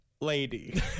lady